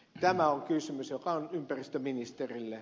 tämä on kysymys joka on ympäristöministerille